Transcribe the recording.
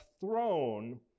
throne